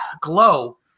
Glow